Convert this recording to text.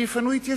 אז יפנו התיישבות.